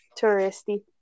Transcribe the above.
Touristy